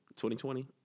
2020